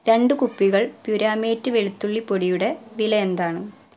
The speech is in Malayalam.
രണ്ട് കുപ്പികൾ പ്യുരാമേറ്റ് വെളുത്തുള്ളി പൊടിയുടെ വില എന്താണ്